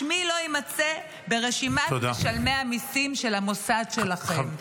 שמי לא יימצא ברשימת משלמי המיסים של מוסדכם".